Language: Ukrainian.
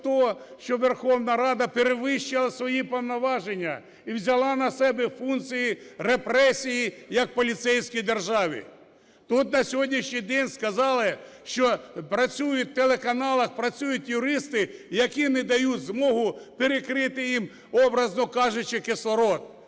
що Верховна Рада перевищила свої повноваження і взяла на себе функції репресій, як в поліцейській державі. Тут на сьогоднішній день сказали, що працюють у телеканалах, працюють юристи, які не дають змогу перекрити їм, образно кажучи, кислород.